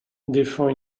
défend